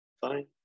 fine